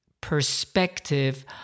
perspective